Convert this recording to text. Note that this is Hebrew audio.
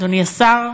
אדוני השר,